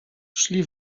szli